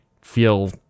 feel